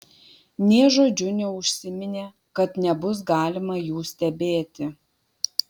nė žodžiu neužsiminė kad nebus galima jų stebėti